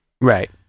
Right